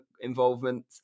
involvement